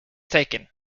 taken